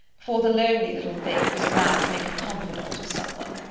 for the lonely little thing was glad to make a confidant of someone.